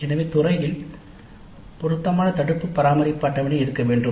எனவே துறையில் பொருத்தமான தடுப்பு பராமரிப்பு அட்டவணை இருக்க வேண்டும்